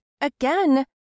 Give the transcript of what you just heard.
Again